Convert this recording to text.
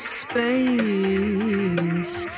space